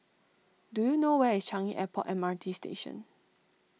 do you know where is Changi Airport M R T Station